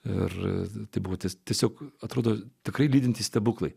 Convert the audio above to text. ir būti tiesiog atrodo tikrai lydinti stebuklai